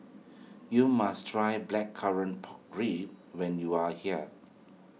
you must try Blackcurrant Pork Ribs when you are here